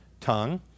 tongue